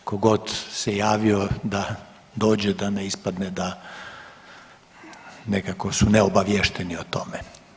Tko god se javio da dođe, da ne ispadne da nekako su neobaviješteni o tome.